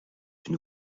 une